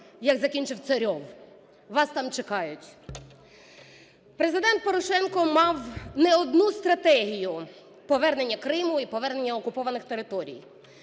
як закінчив Царьов. Вас там чекають. Президент Порошенко мав не одну стратегію повернення Криму і повернення окупованих територій.